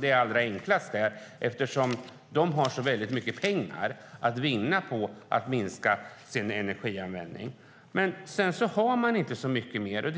det allra enklaste eftersom den har så väldigt mycket pengar att vinna på att minska sin energianvändning. Men sedan har man inte så mycket mer.